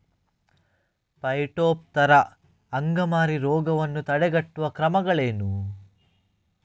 Phytophthora ಅಂಗಮಾರಿ ರೋಗವನ್ನು ತಡೆಗಟ್ಟುವ ಕ್ರಮಗಳೇನು?